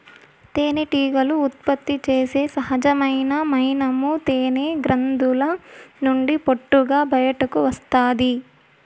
తేనెటీగలు ఉత్పత్తి చేసే సహజమైన మైనము తేనె గ్రంధుల నుండి పొట్టుగా బయటకు వస్తాది